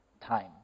time